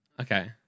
Okay